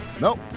Nope